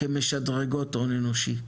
כמשדרגות הון אנושי,